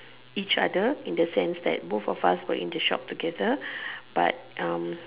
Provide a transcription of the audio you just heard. each other in the sense that both of us were in the shop together but um